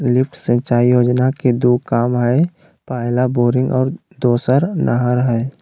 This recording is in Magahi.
लिफ्ट सिंचाई योजना के दू काम हइ पहला बोरिंग और दोसर नहर हइ